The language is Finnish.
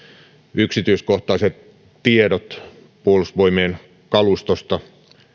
yksityiskohtaiset tiedot puolustusvoimien kalustosta